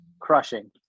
Crushing